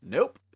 Nope